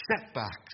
setbacks